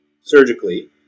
surgically